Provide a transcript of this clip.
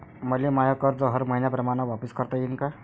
मले माय कर्ज हर मईन्याप्रमाणं वापिस करता येईन का?